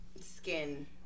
skin